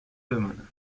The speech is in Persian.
بمانم